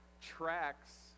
tracks